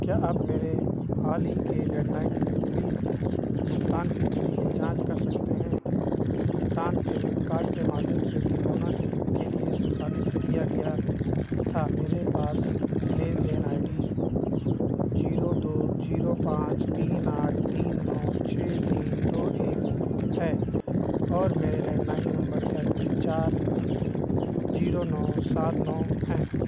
क्या आप मेरे हाल ही के लैण्डलाइन बिल भुगतान की इस्थिति की जाँच कर सकते हैं भुगतान क्रेडिट कार्ड के माध्यम से तिकोना के लिए सन्साधित किया गया था मेरे पास लेनदेन आई डी ज़ीरो दो ज़ीरो पाँच तीन आठ तीन नौ छह तीन दो एक है और मेरे लैण्डलाइन नम्बर के अन्तिम चार अंक ज़ीरो नौ सात नौ हैं